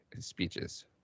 speeches